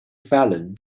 fallon